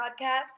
podcast